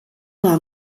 war